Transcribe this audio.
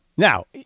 Now